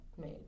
made